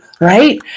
right